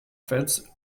fits